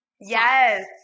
Yes